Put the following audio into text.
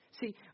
See